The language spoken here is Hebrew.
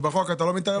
ובחוק אתה לא מתערב?